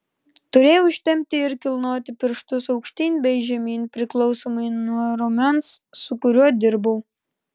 turėjau ištempti ir kilnoti pirštus aukštyn bei žemyn priklausomai nuo raumens su kuriuo dirbau